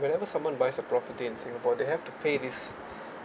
whenever someone buys a property in singapore they have to pay this